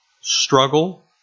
struggle